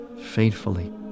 faithfully